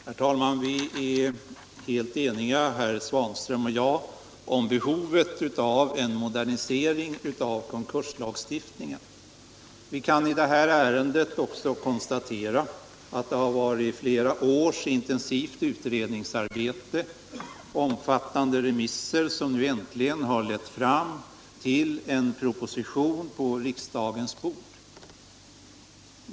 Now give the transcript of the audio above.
Herr talman! Herr Svanström och jag är helt eniga om behovet av Konkurslagstift en modernisering av konkurslagstiftningen. Vi kan i det här ärendet = ningen också konstatera att flera års intensivt utredningsarbete med omfattande remisser nu slutligen har lett fram till en proposition på riksdagens bord.